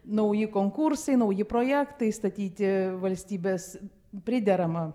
nauji konkursai nauji projektai statyti valstybės priderama